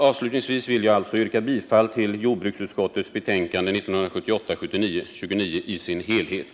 Avslutningsvis vill jag yrka bifall till vad jordbruksutskottet hemställt på samtliga punkter i sitt betänkande 1978/79:29.